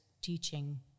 teaching